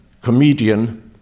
comedian